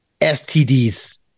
STDs